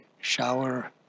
shower